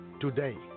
today